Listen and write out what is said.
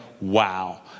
wow